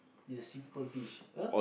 is simple dish !huh!